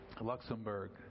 Luxembourg